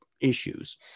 issues